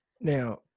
Now